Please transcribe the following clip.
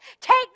Take